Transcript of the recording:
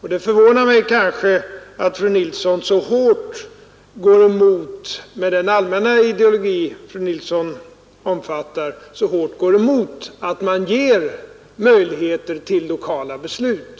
och det förvånar mig att fru Nilsson i Kristianstad, med den allmänna ideologi fru Nilsson omfattar, så hårt går emot att man ger möjligheter till lokala beslut.